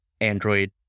Android